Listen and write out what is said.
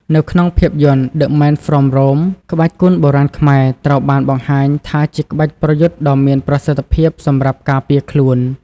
នៅក្នុងភាពយន្ត "The Man from Rome" ក្បាច់គុនបុរាណខ្មែរត្រូវបានបង្ហាញថាជាក្បាច់ប្រយុទ្ធដ៏មានប្រសិទ្ធភាពសម្រាប់ការពារខ្លួន។